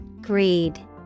Greed